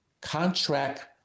contract